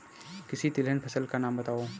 किसी तिलहन फसल का नाम बताओ